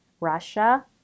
Russia